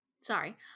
Sorry